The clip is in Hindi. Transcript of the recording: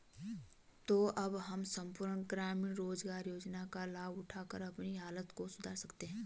तो अब तुम सम्पूर्ण ग्रामीण रोज़गार योजना का लाभ उठाकर अपनी हालत सुधार सकते हो